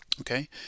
Okay